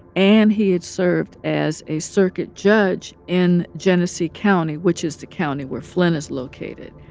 and he had served as a circuit judge in genesee county, which is the county where flint is located.